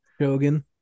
Shogun